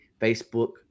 Facebook